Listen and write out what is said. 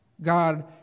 God